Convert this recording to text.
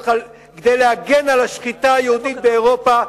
כדי להגן על השחיטה היהודית באירופה.